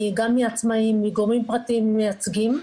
מעצמאים, גורמים פרטיים מייצגים,